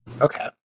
Okay